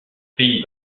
pays